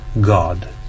God